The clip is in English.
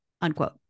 Unquote